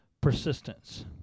persistence